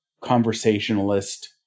conversationalist